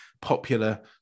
popular